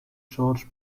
george